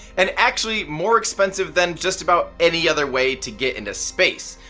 and actually more expensive than just about any other way to get into space,